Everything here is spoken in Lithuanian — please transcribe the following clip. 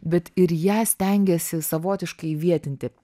bet ir ją stengėsi savotiškai įvietinti